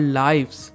lives